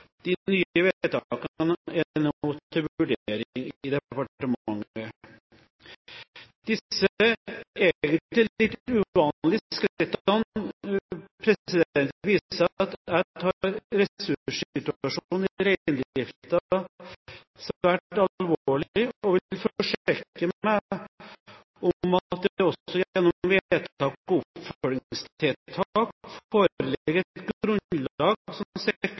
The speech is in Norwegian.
De nye vedtakene er nå til vurdering i departementet. Disse egentlig litt uvanlige skrittene viser at jeg tar ressurssituasjonen i reindriften svært alvorlig og vil forsikre meg om at det også gjennom vedtak